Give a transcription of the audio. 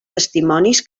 testimonis